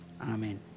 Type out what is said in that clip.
Amen